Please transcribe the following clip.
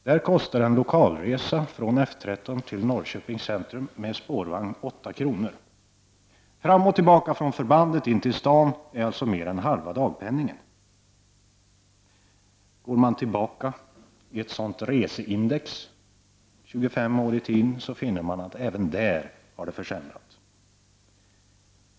Där kostar en lokalresa med spårvagn från F13 till Norrköpings centrum 8 kr. Fram och tillbaka från förbandet till staden kostar resan alltså mer än halva dagpenningen. Går man tillbaka i ett sådant reseindex 25 år i tiden finner man att även där har det försämrats.